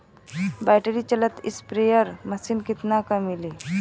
Battery चलत sprayer machine कितना क मिली?